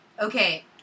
Okay